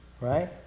right